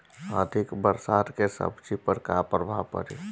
अधिक बरसात के सब्जी पर का प्रभाव पड़ी?